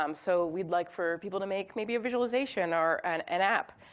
um so we'd like for people to make maybe a visualization or an an app.